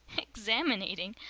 examinating?